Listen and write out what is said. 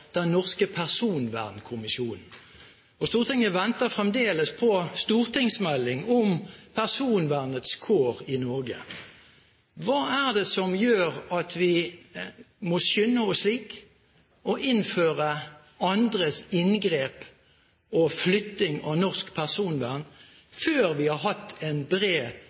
den norske Personvernkommisjonen – og Stortinget venter fremdeles på en stortingsmelding om personvernets kår i Norge. Spørsmålet er da som følger: Hva er det som gjør at vi må skynde oss slik, og innføre andres inngrep i og flytting av norsk personvern, før vi har hatt en bred,